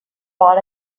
bought